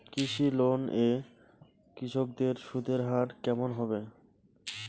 কৃষি লোন এ কৃষকদের সুদের হার কেমন হবে?